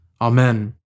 Amen